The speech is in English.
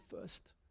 first